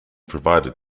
provided